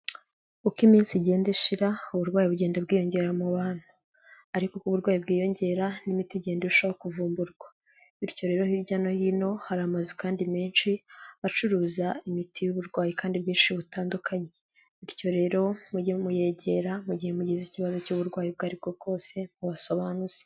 Uko iminsi igenda ishira uburwayi bugenda bwiyongera mu bantu, ariko uko uburwayi bwiyongera n'imiti igenda irushaho kuvumburwa. Bityo rero hirya no hino hari amazu kandi menshi acuruza imiti y'uburwayi kandi bwinshi butandukanye, bityo rero mujye muyegera mu gihe mugize ikibazo cy'uburwayi ubwo ari bwo bwose mubasobanuze.